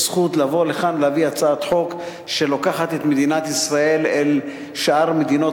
הזכות לבוא לכאן להביא הצעת חוק שלוקחת את מדינת ישראל אל שאר מדינות